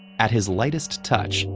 at his lightest touch,